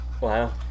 Wow